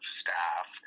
staff